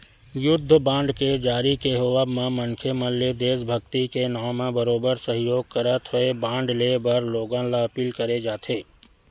युद्ध बांड के जारी के होवब म मनखे मन ले देसभक्ति के नांव म बरोबर सहयोग करत होय बांड लेय बर लोगन ल अपील करे जाथे